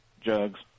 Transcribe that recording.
jugs